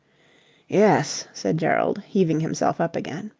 yes, said gerald, heaving himself up again.